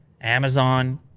Amazon